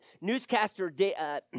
newscaster